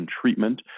treatment